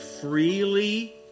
freely